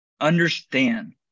Understand